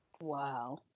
wow